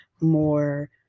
more